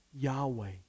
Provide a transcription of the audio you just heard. Yahweh